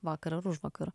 vakar ar užvakar